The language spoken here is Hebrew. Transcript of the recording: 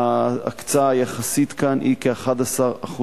ההקצאה היחסית כאן היא כ-11%.